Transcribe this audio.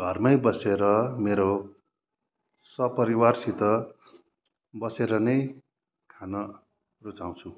घरमै बसेर मेरो सपरिवारसित बसेर नै खान रुचाउँछु